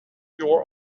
your